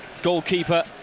Goalkeeper